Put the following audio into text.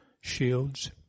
shields